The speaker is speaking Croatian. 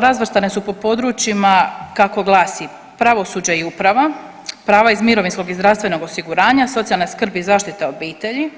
Razvrstane su po područjima kako glasi, pravosuđe i uprava, prava iz mirovinskog i zdravstvenog osiguranja, socijalna skrb i zaštita obitelji